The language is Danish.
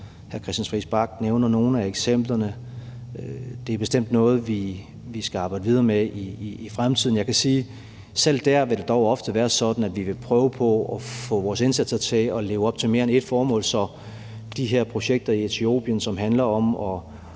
Hr. Christian Friis Bach nævner nogle af eksemplerne. Det er bestemt noget, vi skal arbejde videre med i fremtiden. Jeg kan sige, at selv dér vil det dog ofte være sådan, at vi vil prøve på at få vores indsatser til at leve op til mere end ét formål, så de her projekter i Etiopien, som handler om at